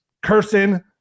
cursing